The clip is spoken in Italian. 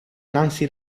nancy